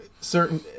certain